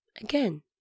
Again